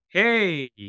Hey